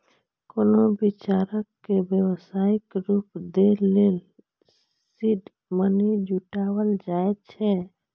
कोनो विचार कें व्यावसायिक रूप दै लेल सीड मनी जुटायल जाए छै